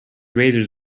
razors